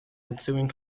ensuing